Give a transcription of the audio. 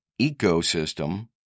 ecosystem